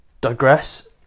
digress